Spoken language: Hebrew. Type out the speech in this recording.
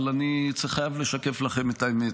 אבל אני חייב לשקף לכם את האמת.